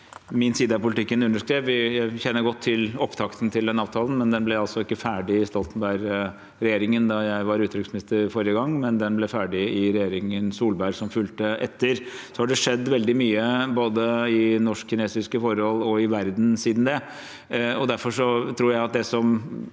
min side av politikken underskrev. Vi kjenner godt til opptakten til den avtalen, men den ble altså ikke ferdig i Stoltenberg-regjeringen da jeg var utenriksminister forrige gang, den ble ferdig i regjeringen Solberg, som fulgte etter. Så har det skjedd veldig mye både i norsk-kinesiske forhold og i verden siden det. Derfor tror jeg at det jeg